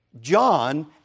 John